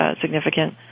significant